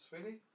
sweetie